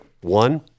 One